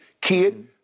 kid